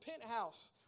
penthouse